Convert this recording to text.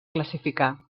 classificar